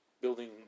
building